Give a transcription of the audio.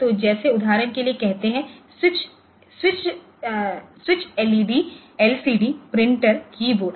तो जैसे उदाहरण के लिए कहते है switch LED LCD printer keyboard